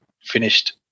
finished